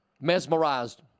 mesmerized